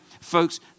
folks